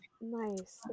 Nice